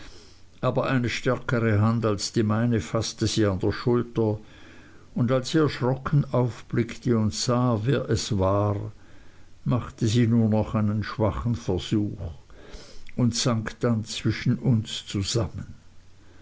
aber eine stärkere hand als die meine faßte sie an der schulter und als sie erschrocken aufblickte und sah wer es war machte sie nur noch einen schwachen versuch und sank dann zwischen uns zusammen